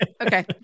Okay